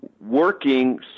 working